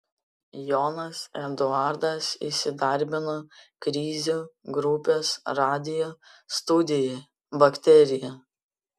jonas eduardas įsidarbino krizių grupės radijo studijoje bakterija